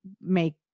make